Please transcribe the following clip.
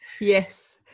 Yes